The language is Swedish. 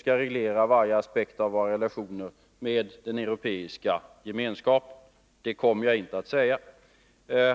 skall reglera varje aspekt av våra relationer med den Europeiska gemenskapen. Det kommer jag alltså inte att säga.